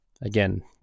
again